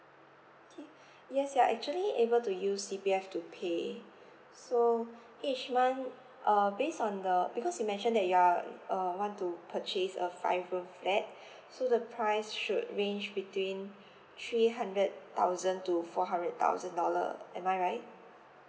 okay yes you're actually able to use C_P_F to pay so each month uh based on the because you mentioned that you are uh want to purchase a five room flat so the price should range between three hundred thousand to four hundred thousand dollar am I right